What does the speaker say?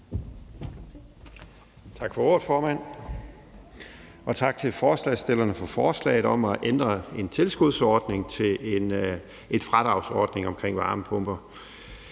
Tak for ordet, formand, og tak til forslagsstillerne for forslaget om at ændre en tilskudsordning for varmepumper